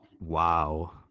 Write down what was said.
Wow